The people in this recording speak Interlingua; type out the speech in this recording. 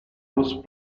plus